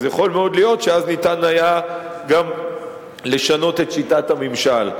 אז יכול מאוד להיות שהיה אפשר גם לשנות את שיטת הממשל.